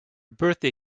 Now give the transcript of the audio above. birthday